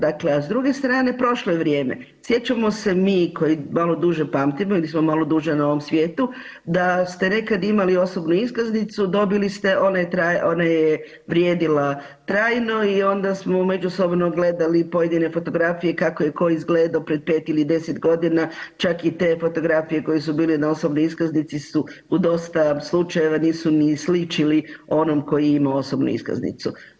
Dakle, a s druge strane prošlo je vrijeme, sjećamo se mi koji malo duže pamtimo ili smo malo duže na ovom svijetu da ste nekad imali osobnu iskaznicu, dobili ste ona je, ona je vrijedila trajno i onda smo međusobno gledali pojedine fotografije kako je ko izgledao pre 5 ili 10.g., čak i te fotografije koje su bile na osobnoj iskaznici su u dosta slučajeva nisu ni sličili onom koji je imao osobnu iskaznicu.